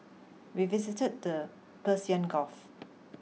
we visited the Persian Gulf